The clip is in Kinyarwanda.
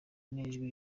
n’ijwi